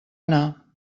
anar